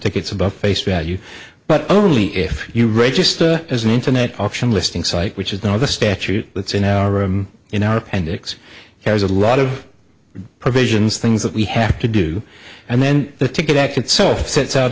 tickets above face value but only if you register as an internet auction listing site which is now the statute that's in our in our appendix has a lot of provisions things that we have to do and then the ticket act itself sets out